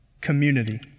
Community